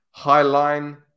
Highline